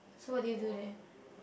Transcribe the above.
so what did you do there